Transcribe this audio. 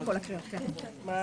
הישיבה ננעלה בשעה 10:25.